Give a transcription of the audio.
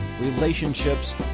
relationships